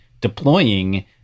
deploying